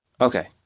Okay